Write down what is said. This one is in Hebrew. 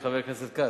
של חבר הכנסת כץ.